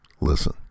Listen